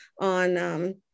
on